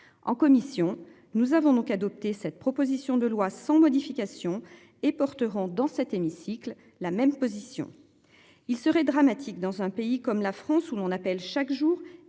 en commission. Nous avons donc adopté cette proposition de loi sans modification et porteront dans cet hémicycle la même position. Il serait dramatique dans un pays comme la France où l'on appelle chaque jour